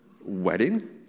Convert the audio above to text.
wedding